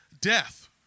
death